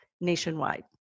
nationwide